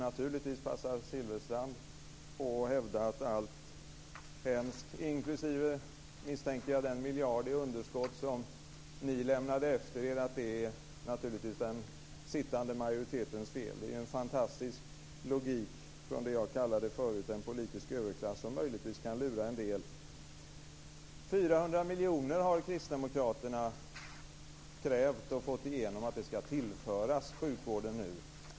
Naturligtvis passar Silfverstrand på att hävda att allt hemskt inklusive, misstänker jag, den miljard i underskott som ni lämnade efter er är den sittande majoritetens fel. Det är en fantastisk logik från det jag förut kallade en politisk överklass som möjligtvis kan lura en del. 400 miljoner har kristdemokraterna krävt, och vi har fått igenom att det ska tillföras sjukvården nu.